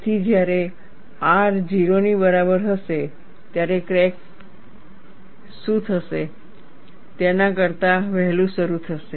તેથી જ્યારે R 0 ની બરાબર હશે ત્યારે ક્રેક શું થશે તેના કરતાં વહેલું શરૂ થશે